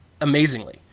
amazingly